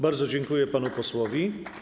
Bardzo dziękuję panu posłowi.